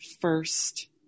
first